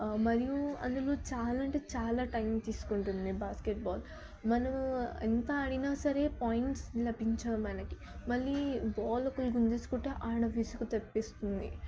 మరియు అందులో చాలా అంటే చాలా టైం తీసుకుంటుంది ఈ బాస్కెట్బాల్ మనం ఎంత ఆడిన సరే పాయింట్స్ లభించవు మనకు మళ్ళీ బాల్ ఒకరు గుంజుకుంటే ఆడ విసుగు తెప్పిస్తుంది